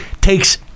takes